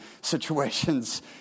situations